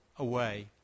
away